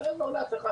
לא יעזור לאף אחד.